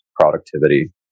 productivity